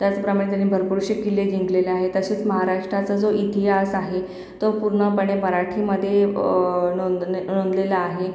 त्याचप्रमाणे त्यांनी भरपूरसे किल्ले जिंकलेले आहेत तसेच महाराष्ट्राचा जो इतिहास आहे तो पूर्णपणे मराठीमध्ये नोंद नोंदलेला आहे